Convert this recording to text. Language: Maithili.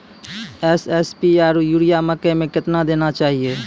एस.एस.पी आरु यूरिया मकई मे कितना देना चाहिए?